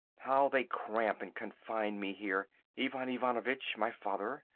how they cramp and confine me here ivan ivanovitch my father,